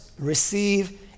Receive